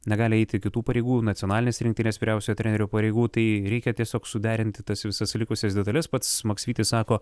negali eiti kitų pareigų nacionalinės rinktinės vyriausiojo trenerio pareigų tai reikia tiesiog suderinti tas visas likusias detales pats maksvytis sako